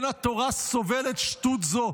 ואין התורה סובלת שטות זו.